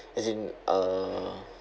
as in uh